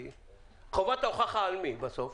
חובת ההוכחה היא על מי בסוף?